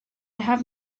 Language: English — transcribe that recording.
have